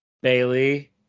Bailey